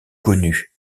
connus